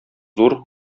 зур